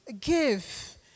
give